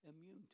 immune